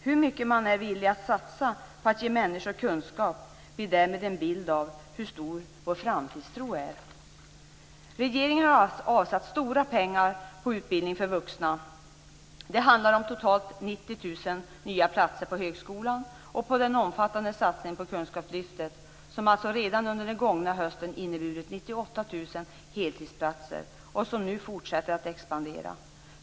Hur mycket man är villig att satsa på att ge människor kunskap blir därmed en bild av hur stor vår framtidstro är. Regeringen har avsatt stora pengar på utbildning för vuxna. Det handlar om totalt 90 000 nya platser på högskolan och på den omfattande satsningen på kunskapslyftet, som alltså redan under den gångna hösten inneburit 98 000 heltidsplatser och som nu fortsätter att expandera.